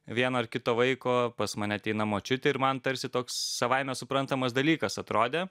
vieno ar kito vaiko pas mane ateina močiutė ir man tarsi toks savaime suprantamas dalykas atrodė